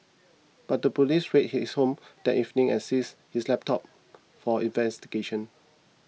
but the police raided his home that evening and seized his laptop for investigation